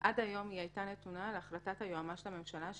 הייתה עד היום נתונה להחלטת היועמ"ש לממשלה,